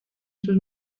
sus